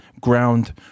ground